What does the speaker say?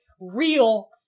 real